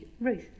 Ruth